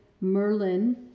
Merlin